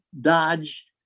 dodge